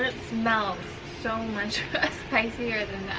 smells so much spicier than